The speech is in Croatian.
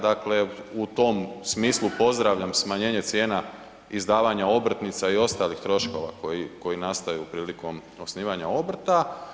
Dakle u tom smislu pozdravljam smanjenje cijena izdavanja obrtnica i ostalih troškova koji nastaju prilikom osnivanja obrta.